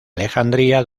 alejandría